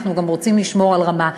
אנחנו גם רוצים לשמור על רמה.